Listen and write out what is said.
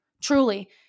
truly